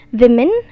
women